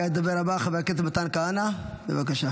כעת הדובר הבא, חבר הכנסת מתן כהנא, בבקשה.